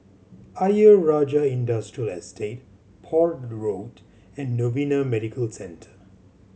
Ayer Rajah Industrial Estate Port Road and Novena Medical Centre